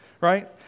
right